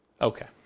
Okay